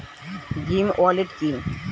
Bhim wallet কি?